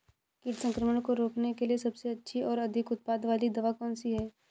कीट संक्रमण को रोकने के लिए सबसे अच्छी और अधिक उत्पाद वाली दवा कौन सी है?